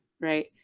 right